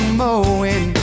mowing